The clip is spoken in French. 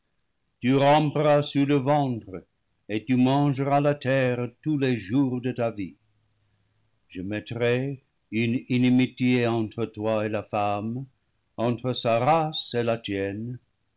tu ramperas sur le ventre et tu mangeras la terre tous les jours de ta vie je mettrai une inimitié entre toi et la femme entre sa race et la tienne